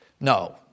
No